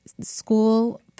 school